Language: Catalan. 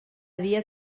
dia